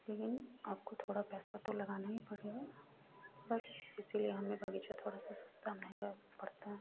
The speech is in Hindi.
लेकिन आपको थोड़ा पैसा तो लगाना ही पड़ेगा बस इसलिए हमें बगीचा थोड़ा सा सस्ता महंगा पड़ता है